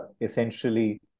essentially